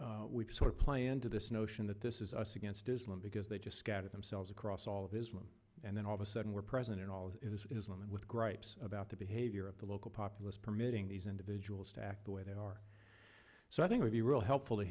weeks or play into this notion that this is us against islam because they just scatter themselves across all of islam and then all of a sudden we're present in all of islam and with gripes about the behavior of the local populace permitting these individuals to act the way they are so i think would be real helpful to